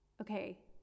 okay